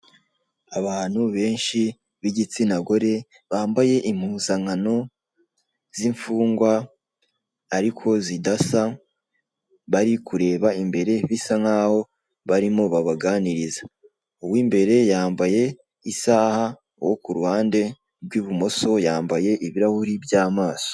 Abantu benshi b'igitsina gore bambaye impuzankano z'imfungwa ariko zidasa, bari kureba imbere bisa nk'aho barimo babaganiriza. Uwimbere yambaye isaha uwo ku ruhande rw'ibumosa yambaye ibirahuri by'amaso.